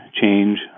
change